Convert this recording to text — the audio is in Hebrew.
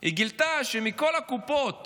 היא גילתה שמכל הקופות